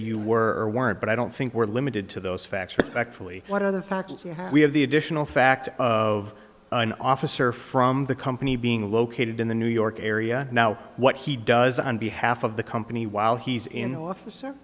you weren't but i don't think we're limited to those facts respectfully what other faculty we have the additional fact of an officer from the company being located in the new york area now what he does on behalf of the company while he's in the office